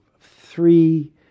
three